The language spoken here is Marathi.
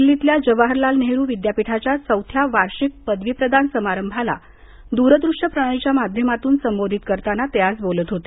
दिल्लीतल्या जवाहरलाल नेहरू विद्यापीठाच्या चौथ्या वार्षिक पदवी प्रदान समारंभाला दूरदृष्य प्रणालीच्या माध्यमातून संबोधित करताना ते आज बोलत होते